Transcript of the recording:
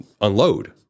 unload